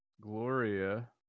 Gloria